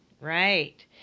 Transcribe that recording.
right